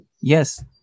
yes